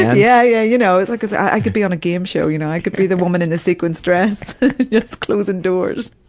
yeah, yeah, you know, i could be on a game show, you know, i could be the woman in the sequins dress just closin' doors.